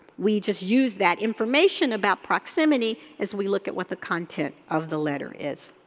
we just use that information about proximity as we look at with a content of the letter is